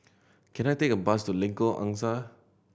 can I take a bus to Lengkok Angsa